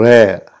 Rare